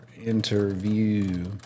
interview